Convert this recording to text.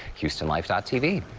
houstonlife tv.